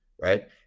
right